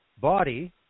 body